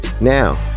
now